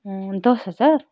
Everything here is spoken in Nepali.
दस हजार